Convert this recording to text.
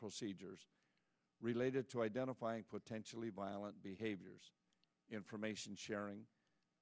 procedures related to identifying potentially violent behaviors information sharing